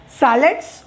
salads